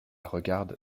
regarde